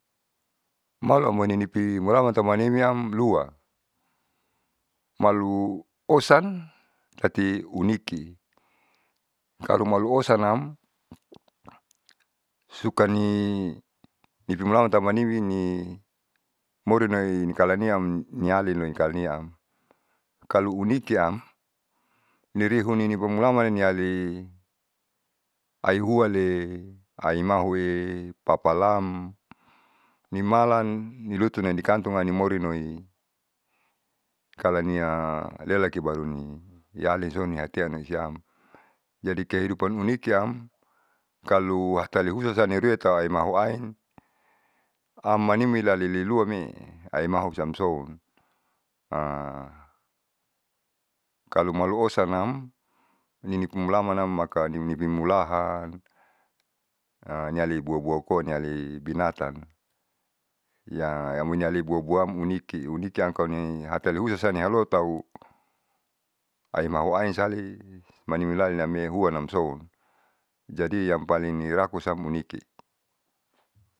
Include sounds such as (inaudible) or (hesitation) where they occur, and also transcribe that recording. Malu amoinipi mulamantau manimi am lua maluosan tati uniki kalo malu osanam (noise) sukani nimulaman tau manimini morinai kalaniamialiluikalaniam kalu unikiam nirihu ninibo mulaman ni niali aihuwale, aimahuwe, papalam nimalan nilunan nikantonga nimorinoi kalania lelekibaruni nialin so niatea naisiam. Jadi kehidupan unikiam kalu hatalehusasa niruwataumauaen amanini haleleluame'e aema hopsiamson (hesitation) kalu malu osanam ninipi mulamanam maka ninipi mulaha (hesitation) niali buah buah koa niali binatan ya yamoiniale buah buaam uniki uniki ankoine hataliusasanialohutau aemau aensaleh manimilae name'e huwanamson jadi yang paling ni rakusam uniki.